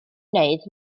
wneud